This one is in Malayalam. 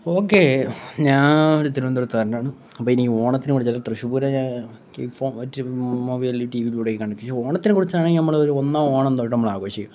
ഓക്കെ ഞാൻ ഒരു തിരുവനന്തപുരത്തുകാരനാണ് അപ്പോൾ ഇനി ഓണത്തിന് വിളിച്ചാലും തൃശ്ശൂർപ്പൂരം മൊബൈലിലും ടി വിയിലൂടെയും കണ്ടിട്ടുണ്ട് ഓണത്തിനെ കുറിച്ചാണെങ്കിൽ നമ്മൾ ഒന്നാം ഓണം തൊട്ടു നമ്മൾ ആഘോഷിക്കും